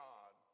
God